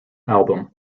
album